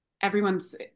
everyone's